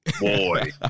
boy